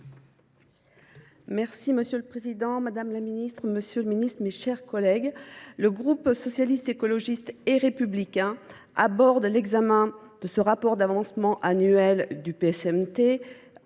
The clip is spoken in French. Merci Monsieur le Président, Madame la Ministre, Monsieur le Ministre, mes chers collègues. Le groupe socialiste, écologiste et républicain aborde l'examen de ce rapport d'avancement annuel du PSMT